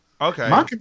Okay